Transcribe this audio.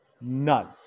None